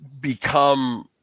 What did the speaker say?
become